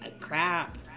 crap